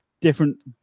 different